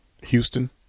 Houston